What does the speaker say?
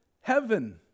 heaven